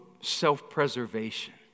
self-preservation